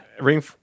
Ring